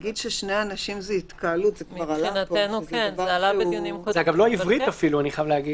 להגיד ששני אנשים זה התקהלות --- אני חייב להגיד שזה לא עברית אפילו.